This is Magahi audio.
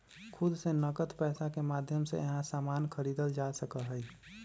खुद से नकद पैसा के माध्यम से यहां सामान खरीदल जा सका हई